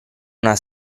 una